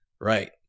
right